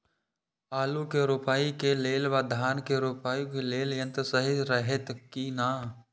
आलु के रोपाई के लेल व धान के रोपाई के लेल यन्त्र सहि रहैत कि ना?